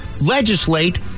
legislate